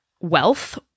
wealth